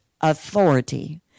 authority